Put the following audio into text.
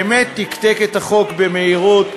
באמת תקתק את החוק במהירות.